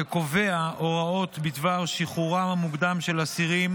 שקובע הוראות בדבר שחרורם המוקדם של אסירים